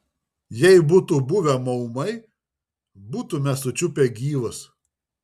jei būtų buvę maumai būtumėme sučiupę gyvus